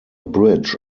bridge